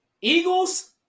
Eagles